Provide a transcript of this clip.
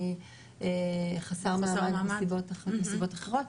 מי חסר מעמד מסיבות אחרות,